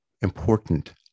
important